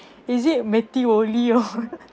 is it matthew only or